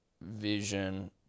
vision